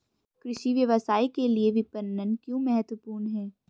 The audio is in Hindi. कृषि व्यवसाय के लिए विपणन क्यों महत्वपूर्ण है?